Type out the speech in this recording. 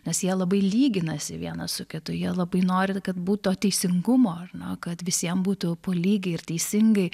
nes jie labai lyginasi vienas su kitu jie labai nori kad būtų to teisingumo ar ne kad visiem būtų po lygiai ir teisingai